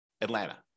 Atlanta